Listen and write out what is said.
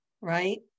right